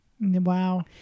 Wow